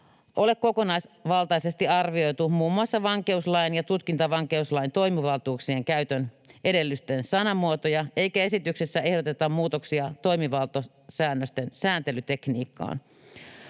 ole kokonaisvaltaisesti arvioitu muun muassa vankeuslain ja tutkintavankeuslain toimivaltuuksien käytön edellytysten sanamuotoja, eikä esityksessä ehdoteta muutoksia toimivaltasäännösten sääntelytekniikkaan.